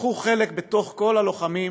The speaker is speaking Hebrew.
לקחו חלק, בתוך כל הלוחמים,